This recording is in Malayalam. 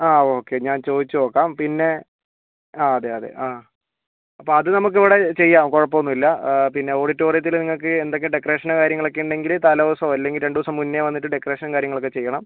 ആ ഓക്കെ ഞാൻ ചോദിച്ച് നോക്കാം പിന്നെ ആ അതെ അതെ ആ അപ്പം അത് നമ്മക്കിവിടെ ചെയ്യാം കുഴപ്പോന്നൂല്ല പിന്നെ ഒഡിറ്റോറിയത്തിൽ നിങ്ങൾക്ക് എന്തൊക്കെ ഡെക്കറേഷൻ്റെ കാര്യങ്ങളൊക്കെ ഉണ്ടെങ്കിൽ തലേ ദിവസമോ അല്ലെങ്കിൽ രണ്ടൂസം മുന്നേ വന്നിട്ട് ഡെക്കറേഷനും കാര്യങ്ങളൊക്കെ ചെയ്യണം